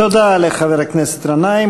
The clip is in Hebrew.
תודה לחבר הכנסת גנאים.